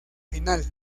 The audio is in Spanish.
final